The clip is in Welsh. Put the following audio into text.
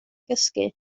gysgu